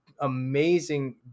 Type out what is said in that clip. amazing